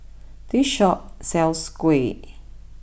this Shop sells Kuih